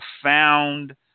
profound